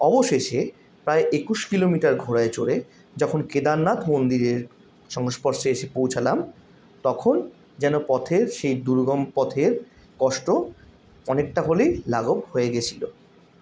অবশেষে প্রায় একুশ কিলোমিটার ঘোড়ায় চড়ে যখন কেদারনাথ মন্দিরের সংস্পর্শে এসে পৌঁছালাম তখন যেন পথের সেই দুর্গম পথের কষ্ট অনেকটা হলেই লাঘব হয়ে গেছিল